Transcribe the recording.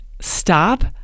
stop